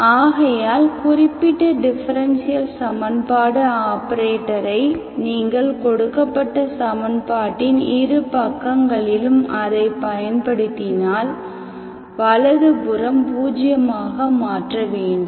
ஆகையால் குறிப்பிட்ட டிஃபரென்ஷியல் சமன்பாடு ஆபரேட்டரை நீங்கள் கொடுக்கப்பட்ட சமன்பாட்டின் இரு பக்கங்களிலும் அதை பயன்படுத்தினால் வலது புறம் பூஜ்ஜியமாக மாற்ற வேண்டும்